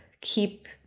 keep